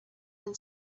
then